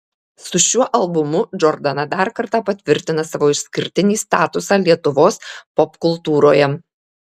su šiuo albumu džordana dar kartą patvirtina savo išskirtinį statusą lietuvos popkultūroje